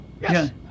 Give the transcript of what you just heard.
Yes